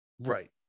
Right